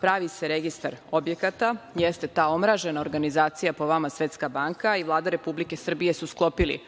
pravi se registar objekata, jeste ta omražena organizacija po vama Svetska banka i Vlada Republike Srbije su sklopili